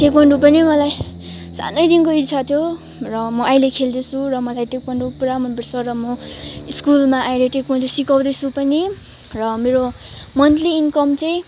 taekwondo पनि मलाई सानैदेखिको इच्छा थियो र म अहिले खेल्दैछु र मलाई ताइक्वान्डो पुरा मनपर्छ र म स्कुलमा अहिले ताइक्वान्डो सिकाउँदैछु पनि र मेरो मन्थली इन्कम चाहिँ